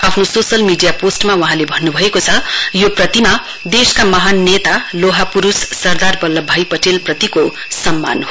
आफ्नो social media पोस्टमा वहाँले भन्न् भएको छ यो प्रतिमा देशमा महान नेता लोहा पुरूष सरदार बल्लभभाई पटेलप्रतिको सम्मान हो